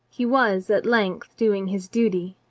he was at length doing his duty.